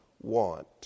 want